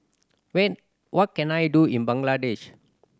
when what can I do in Bangladesh